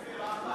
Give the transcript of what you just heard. זה מספר,